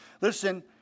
listen